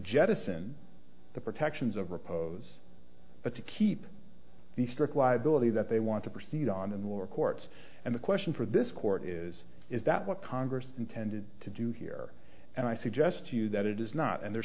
jettison the protections of repose but to keep the strict liability that they want to proceed on in the lower courts and the question for this court is is that what congress intended to do here and i suggest to you that it is not and there are